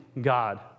God